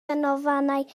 ganolfannau